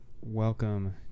Welcome